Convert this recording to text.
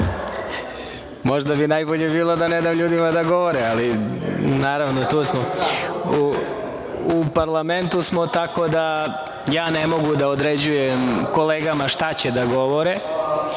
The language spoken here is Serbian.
bi najbolje bilo da ne dam ljudima da govore, ali u parlamentu smo, tako da, ja ne mogu da određujem kolegama šta da govore,